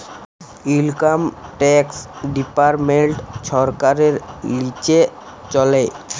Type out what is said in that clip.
income tax department ছরকারের লিচে চলে